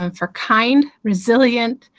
um for kind, resilient,